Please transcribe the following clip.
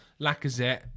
Lacazette